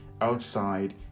outside